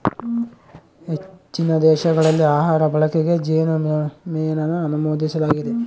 ಹೆಚ್ಚಿನ ದೇಶಗಳಲ್ಲಿ ಆಹಾರ ಬಳಕೆಗೆ ಜೇನುಮೇಣನ ಅನುಮೋದಿಸಲಾಗಿದೆ